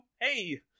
Hey